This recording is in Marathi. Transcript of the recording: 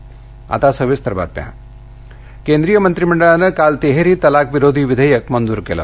केंद्रीय मंत्रिमंडळ केंद्रीय मंत्रीमंडळानं काल तिहेरी तलाक विरोधी विधेयक मंजूर केलं